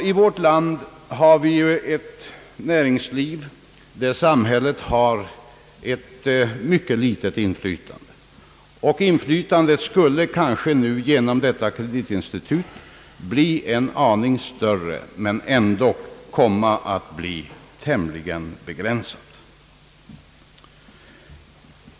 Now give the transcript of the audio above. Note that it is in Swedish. I vårt land har vi ett näringsliv där samhället har ett mycket litet inflytande. Inflytandet skulle kanske nu genom detta kreditinstitut bli en aning större, men ändock komma att bli tämligen begränsat.